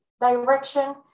direction